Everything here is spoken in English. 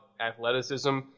athleticism